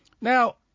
Now